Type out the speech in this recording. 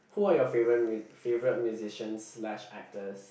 who are your favourite mu~ favourite musicians slash actors